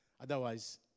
Otherwise